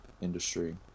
industry